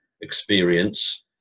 experience